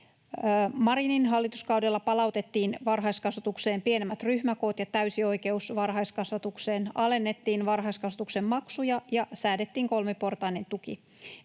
Marinin hallituskaudella palautettiin varhaiskasvatukseen pienemmät ryhmäkoot ja täysi oikeus varhaiskasvatukseen, alennettiin varhaiskasvatuksen maksuja ja säädettiin kolmiportainen tuki.